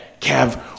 Kev